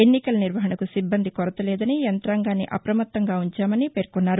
ఎన్నికల నిర్వహణకు సిబ్బంది కొరత లేదని యంతాంగాన్ని అప్రమత్తంగా ఉంచామని పేర్కొన్నారు